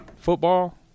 football